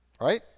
Right